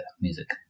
music